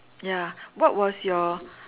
ya what was your